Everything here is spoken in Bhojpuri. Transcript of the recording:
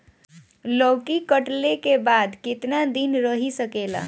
लौकी कटले के बाद केतना दिन रही सकेला?